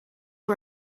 who